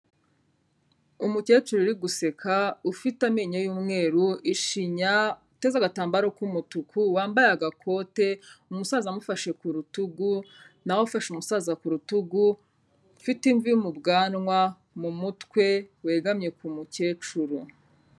Umukecuru uri guseka ufite amenyo y'umweru, ishinya uteza agatambaro k'umutuku wambaye agakote, umusaza amufashe ku rutugu na we afashe umusaza ku rutugu ufite imvi mu bwanwa, mu mutwe wegamye ku mukecuru.